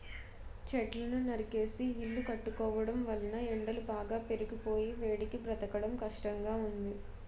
చెట్లను నరికేసి ఇల్లు కట్టుకోవడం వలన ఎండలు బాగా పెరిగిపోయి వేడికి బ్రతకడం కష్టంగా ఉంది